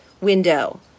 window